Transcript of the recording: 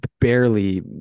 barely